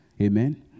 Amen